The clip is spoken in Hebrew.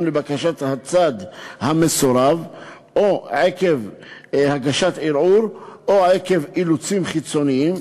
לבקשת הצד המסורב או עקב הגשת ערעור או עקב אילוצים חיצוניים,